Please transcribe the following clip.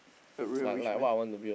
a real rich man